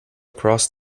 across